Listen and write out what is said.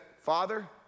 Father